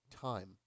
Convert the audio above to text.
time